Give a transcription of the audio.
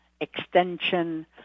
extension